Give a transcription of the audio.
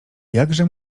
jakże